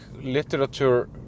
literature